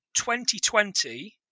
2020